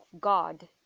god